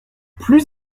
plus